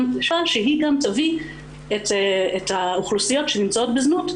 תחושה שהיא גם תביא את האוכלוסיות שנמצאות בזנות,